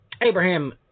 Abraham